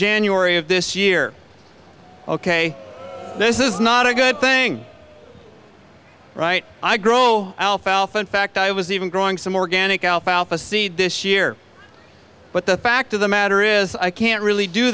january of this year ok this is not a good thing right i grow alfalfa in fact i was even growing some organic alfalfa seed this year but the fact of the matter is i can't really do